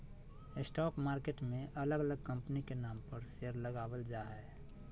stock market मे अलग अलग कंपनी के नाम पर शेयर लगावल जा हय